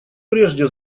прежде